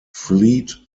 fleet